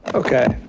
okay,